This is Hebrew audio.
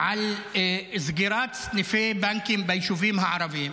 על סגירת סניפי בנקים ביישובים הערביים,